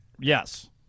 Yes